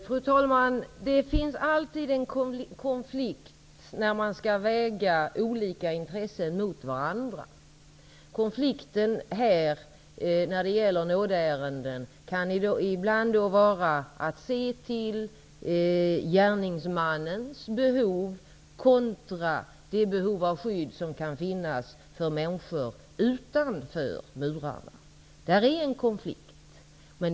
Fru talman! Det finns alltid en konflikt när man skall väga olika intressen mot varandra. Konflikten när det gäller nådeärenden kan ibland bestå i att se till gärningsmannens behov kontra det behov av skydd som kan finnas för människor utanför murarna. Detta är en konflikt.